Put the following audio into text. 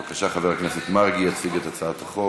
בבקשה, חבר הכנסת מרגי יציג את הצעת החוק.